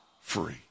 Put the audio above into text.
free